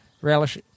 relish